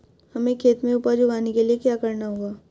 हमें खेत में उपज उगाने के लिये क्या करना होगा?